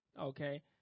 okay